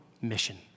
Mission